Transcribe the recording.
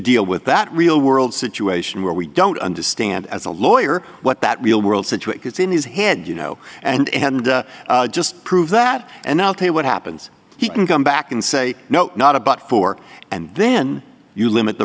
deal with that real world situation where we don't understand as a lawyer what that real world situation is in his head you know and just prove that and i'll tell you what happens he can come back and say no not a but four and then you limit the